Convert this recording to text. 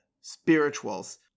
spirituals